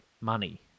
money